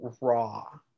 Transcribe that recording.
raw